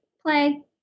play